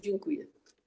Dziękuję.